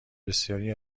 بسیاری